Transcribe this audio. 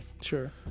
Sure